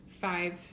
five